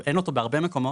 אין אותו בהרבה מקומות,